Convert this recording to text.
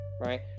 Right